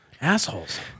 assholes